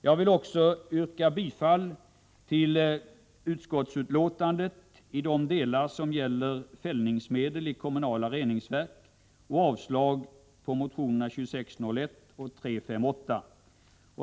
Jag yrkar också bifall till utskottets förslag i de delar som gäller fällningsmedel i kommunala reningsverk och avslag på motionerna 2601 och 358.